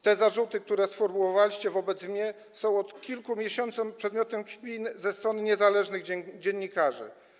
Te zarzuty, które sformułowaliście wobec mnie, są od kilku miesięcy przedmiotem kpin ze strony niezależnych dziennikarzy.